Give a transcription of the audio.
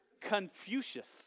Confucius